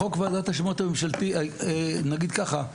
נגיד ככה,